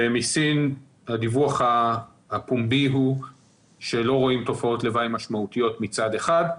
ומסין הדיווח הפומבי הוא שלא רואים תופעות לוואי משמעותיות מצד אחד,